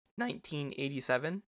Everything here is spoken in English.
1987